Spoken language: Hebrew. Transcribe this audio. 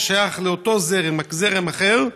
השייך לאותו זרם אך זרם אחר,